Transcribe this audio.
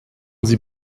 sie